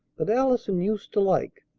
that allison used to like,